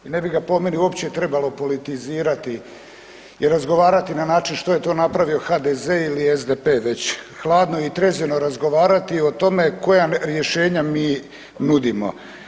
I ne bi ga po meni uopće trebalo politizirati i razgovarati na način što je to napravio HDZ ili SDP već hladno i trezveno razgovarati o tome koja rješenja mi nudimo.